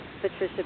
Patricia